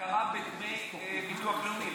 הכרה בדמי ביטוח לאומי,